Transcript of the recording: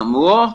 גמורה,